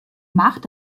macht